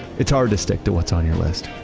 it's hard to stick to what's on your list.